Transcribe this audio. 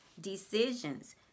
Decisions